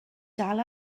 dal